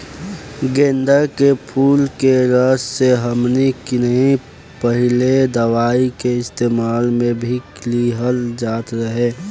गेन्दा के फुल के रस से हमनी किहां पहिले दवाई के इस्तेमाल मे भी लिहल जात रहे